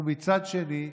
ומצד שני,